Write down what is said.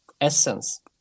essence